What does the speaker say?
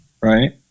right